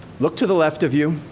look to the left of you.